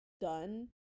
done